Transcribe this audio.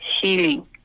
healing